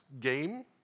game